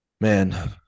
man